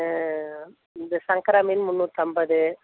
இந்த சங்கரா மீன் முந்நூற்றைம்பது